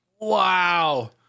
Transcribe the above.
Wow